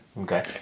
Okay